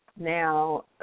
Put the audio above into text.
Now